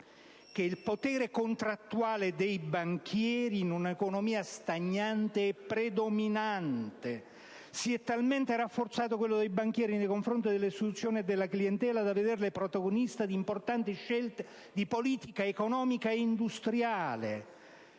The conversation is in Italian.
che il potere contrattuale dei banchieri in un'economia stagnante è predominante e si è talmente rafforzato, nei confronti delle istituzioni e della clientela, da vedere le banche protagoniste di importanti scelte di politica economica ed industriale.